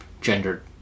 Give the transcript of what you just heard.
gendered